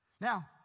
Now